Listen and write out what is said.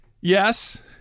Yes